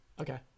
Okay